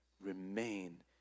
Remain